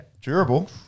Durable